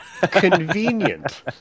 convenient